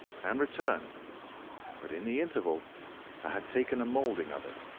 and returned but in the interval i had taken a moulding of it,